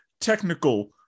technical